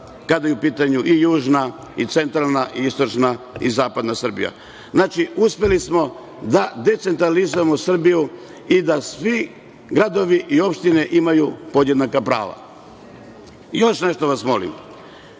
kada su u pitanju i južna i centralna i istočna i zapadna Srbija. Znači, uspeli smo da decentralizujemo Srbiju i da svi gradovi i opštine imaju podjednaka prava. Još nešto vas molim,